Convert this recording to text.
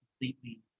completely